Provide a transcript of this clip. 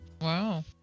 Wow